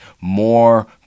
more